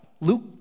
Luke